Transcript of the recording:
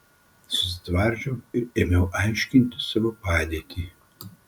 susitvardžiau ir ėmiau aiškinti savo padėtį